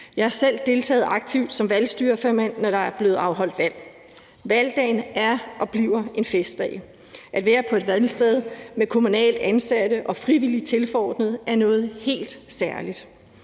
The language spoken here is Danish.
Jeg har selv deltaget aktivt som valgstyrerformand, når der er blevet afholdt valg. Valgdagen er og bliver en festdag, at være på et valgsted med kommunalt ansatte og frivillige tilforordnede er noget helt særligt,